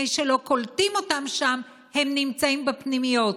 ורק מפני שלא קולטים אותם שם הם נמצאים בפנימיות.